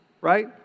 right